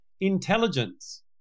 intelligence